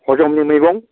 हजमनि मैगं